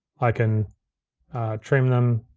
i can trim them,